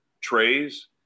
trays